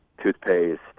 toothpaste